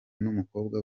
n’umukobwa